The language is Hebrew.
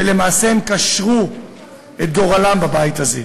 ולמעשה הן קשרו את גורלן בבית הזה.